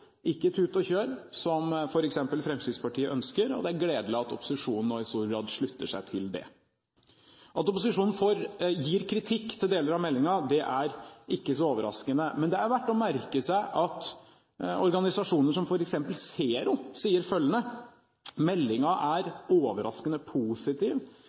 ikke tut og kjør, som f.eks. Fremskrittspartiet ønsker, og det er gledelig at opposisjonen nå i stor grad slutter seg til det. At opposisjonen kritiserer deler av meldingen, er ikke så overraskende. Men det er verdt å merke seg at organisasjoner som f.eks. ZERO sier følgende: «Oljemeldingen er overraskende positiv